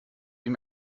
ihm